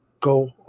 Go